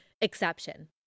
exception